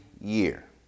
year